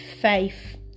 faith